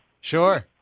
Sure